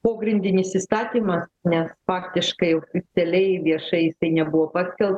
pogrindinis įstatymas nes faktiškai jau specialiai viešai jisai nebuvo paskelb